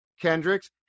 Kendricks